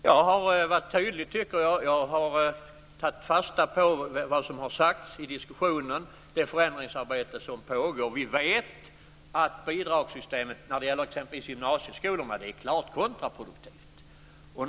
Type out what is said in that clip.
Herr talman! Jag tycker att jag har varit tydlig. Jag har tagit fasta på vad som har sagts i diskussionen och i det förändringsarbete som pågår. Vi vet att bidragssystemet när det gäller exempelvis gymnasieskolorna är klart kontraproduktiv.